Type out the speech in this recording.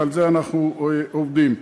ועל זה אנחנו עובדים.